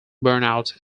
burnout